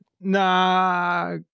Nah